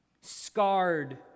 scarred